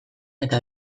eta